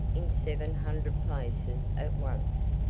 in seven hundred places at once.